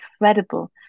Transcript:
incredible